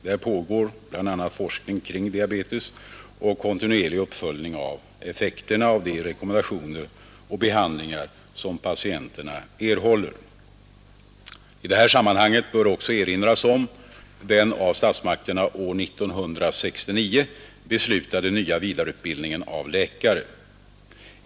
Där pågår bl.a. forskning kring diabetes och kontinuerlig uppföljning av effekterna av de rekommendationer och behandlingar som patienterna erhåller. I detta sammanhang bör också erinras om den av statsmakterna år 1969 beslutade nya vidareutbildningen av läkare.